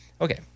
Okay